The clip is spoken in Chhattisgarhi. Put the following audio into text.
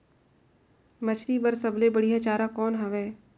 मछरी बर सबले बढ़िया चारा कौन हवय?